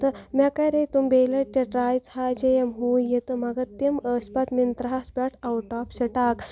تہٕ مےٚ کَرے تِم بیٚیہِ لَٹہِ تہِ ٹرٛے ژھانڈییِم ہُہ یہِ تہٕ مگر تِم ٲسۍ پَتہٕ مِنترٛاہَس پٮ۪ٹھ آوُٹ آف سٕٹاک